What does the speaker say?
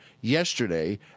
yesterday